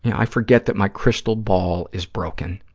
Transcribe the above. i forget that my crystal ball is broken,